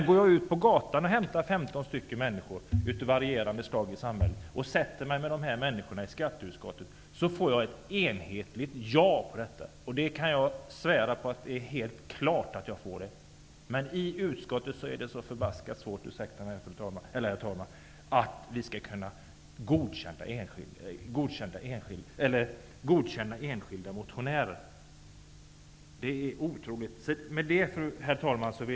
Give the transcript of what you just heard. Går jag ut på gatan och hämtar femton personer av varierande slag i samhället och sätter mig med dem i skatteutskottet, får jag en enhetlig anslutning till motionerna. Men i utskottet är det förbaskat svårt -- ursäkta mig, herr talman -- att tillstyrka enskilda motioner.